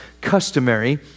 customary